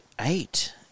eight